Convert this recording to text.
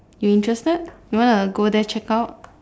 you interested you wanna go there check out